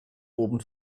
oben